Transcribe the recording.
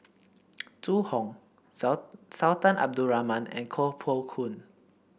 Zhu Hong Sultan Abdul Rahman and Koh Poh Koon